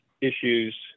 issues